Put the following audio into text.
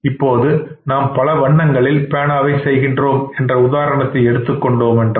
இப்பொழுது நாம் பல வண்ணங்களில் பேனாவை செய்கின்றோம் என்ற உதாரணத்தை எடுத்துக் கொண்டோம் என்றால்